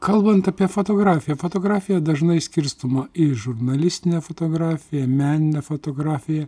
kalbant apie fotografiją fotografija dažnai skirstoma į žurnalistinę fotografiją meninę fotografiją